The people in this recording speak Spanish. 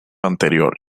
anterior